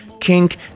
Kink